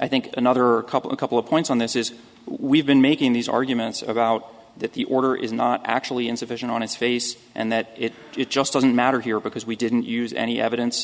i think another couple a couple of points on this is we've been making these arguments about that the order is not actually insufficient on its face and that it it just doesn't matter here because we didn't use any evidence